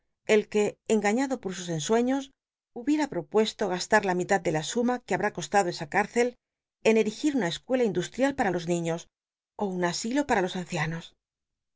el que engañado por sus ensueños hubiera propuesto gasta la mitad de la suma que habtá costado esa c í rcel en erigir una escuela industrial para los niños ó un asilo para los ancianos